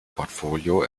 portfolio